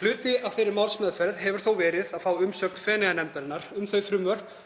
Hluti af þeirri málsmeðferð hefur þó verið að fá umsögn Feneyjanefndarinnar um þau frumvörp